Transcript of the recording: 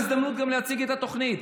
זאת ההזדמנות להציג את התוכנית.